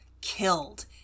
killed